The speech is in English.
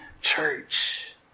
church